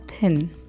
thin